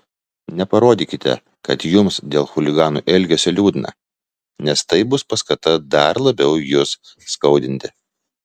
neparodykite kad jums dėl chuliganų elgesio liūdna nes tai bus paskata dar labiau jus skaudinti